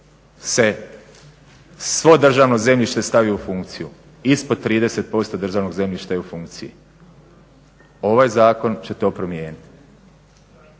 se svo državno zemljište stavi u funkciju. Ispod 30% državnog zemljišta je u funkciji. Ovaj zakon će to promijeniti.